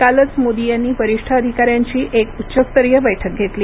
कालच मोदी यांनी वरिष्ठ अधिकाऱ्यांची एक उच्चस्तरीय बैठक घेतली